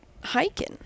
hiking